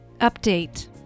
Update